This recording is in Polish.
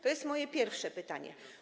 To jest moje pierwsze pytanie.